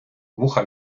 вуха